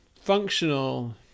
functional